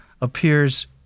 appears